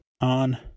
on